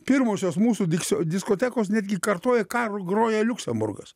pirmosios mūsų diks diskotekos netgi kartoja ką groja liuksemburgas